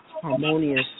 harmonious